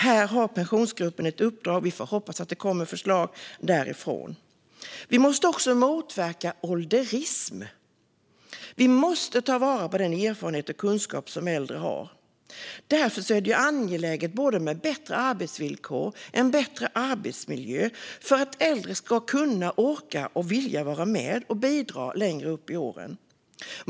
Här har Pensionsgruppen ett uppdrag, och vi får hoppas att det kommer förslag därifrån. Vi måste också motverka ålderism. Vi måste ta vara på den erfarenhet och kunskap som äldre har. Därför är det angeläget både med bättre arbetsvillkor och med en bättre arbetsmiljö, för att äldre ska kunna, orka och vilja vara med och bidra längre upp i åren.